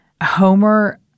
Homer